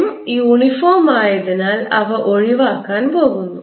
M uniform ആയതിനാൽ അവ ഒഴിവാക്കാൻ പോകുന്നു